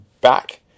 back